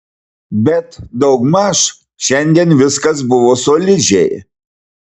bet daugmaž šiandien viskas buvo solidžiai